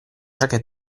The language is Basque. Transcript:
xake